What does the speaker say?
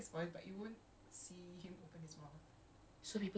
ha so he just hears his voice in other people's heads